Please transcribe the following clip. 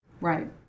Right